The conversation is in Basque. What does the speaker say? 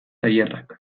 tailerrak